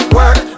work